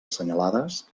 assenyalades